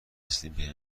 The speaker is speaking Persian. رسیدین